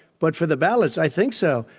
but for the ballots, i think so.